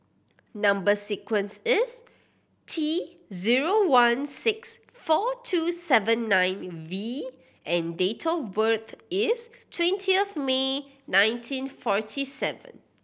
number sequence is T zero one six four two seven nine V and date of birth is twentieth May nineteen forty seven